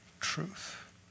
truth